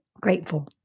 Grateful